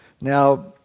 Now